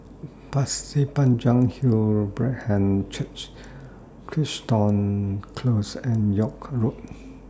Pasir Panjang Hill Brethren Church Crichton Close and York Road